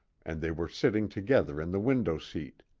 and they were sitting together in the window-seat.